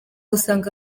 usanga